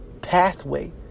pathway